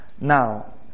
Now